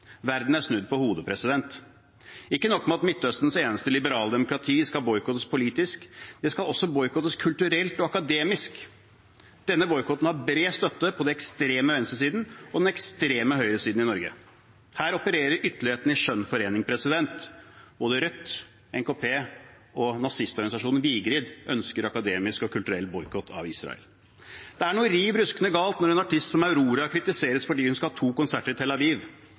Verden er snudd på hodet. Ikke nok med at Midtøstens eneste liberale demokrati skal boikottes politisk – det skal også boikottes kulturelt og akademisk. Denne boikotten har bred støtte på den ekstreme venstresiden og den ekstreme høyresiden i Norge. Her opererer ytterlighetene i skjønn forening. Både Rødt, NKP og nazistorganisasjonen Vigrid ønsker akademisk og kulturell boikott av Israel. Det er noe riv ruskende galt når en artist som Aurora kritiseres fordi hun skal ha to konserter i Tel Aviv.